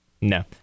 no